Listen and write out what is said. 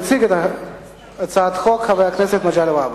יציג את הצעת החוק חבר הכנסת מגלי והבה.